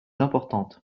importantes